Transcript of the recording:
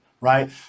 right